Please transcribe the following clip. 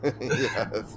Yes